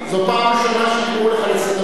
חבר הכנסת